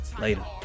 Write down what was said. Later